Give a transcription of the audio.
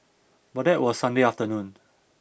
but that was Sunday afternoon